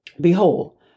behold